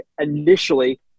initially –